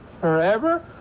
Forever